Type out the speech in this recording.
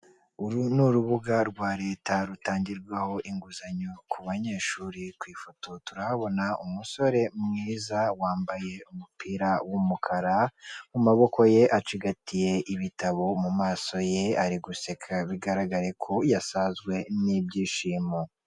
Uru ni urubuga rwa Leta rutangirwaho inguzanyo ku banyeshuri, ku ifoto turahabona umusore mwiza wambaye umupira w'umukara, mu maboko ye acigatiye ibitabo mumaso ye ari guseka bigaragare ko yasazwe n'ibyishimo.